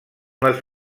les